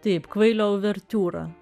taip kvailio uvertiūra